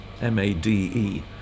M-A-D-E